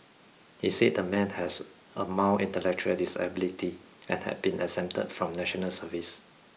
he said the man has a mild intellectual disability and had been exempted from national service